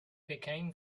became